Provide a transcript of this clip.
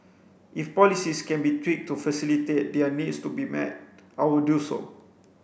if policies can be tweaked to facilitate their needs to be met I will do so